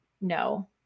no